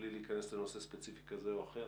בלי להיכנס לנושא ספציפי כזה או אחר,